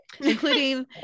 including